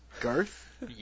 Garth